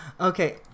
Okay